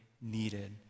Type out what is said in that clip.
needed